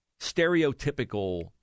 stereotypical